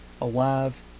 alive